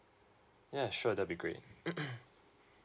yeah sure that would be great